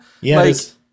yes